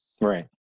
Right